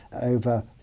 over